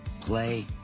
play